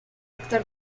actor